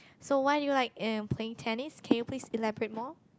so why do you like um playing tennis can you please elaborate more